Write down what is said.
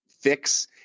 fix